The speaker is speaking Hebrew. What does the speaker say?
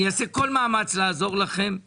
אני אעשה כל מאמץ לעזור לכם כי